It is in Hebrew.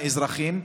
האזרחים,